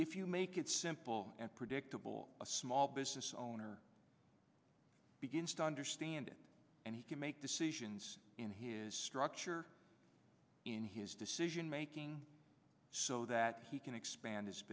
if you make it simple and predictable a small business owner begins to understand it and he can make decisions in his structure in his decision making so that he can expand his